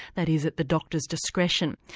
that is, at the doctor's discretion.